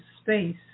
space